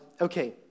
Okay